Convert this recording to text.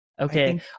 Okay